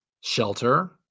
shelter